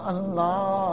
Allah